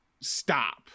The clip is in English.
stop